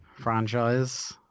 Franchise